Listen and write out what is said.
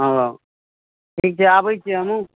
ओ ठीक छै आबै छी हमहुँ